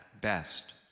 best